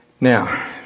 Now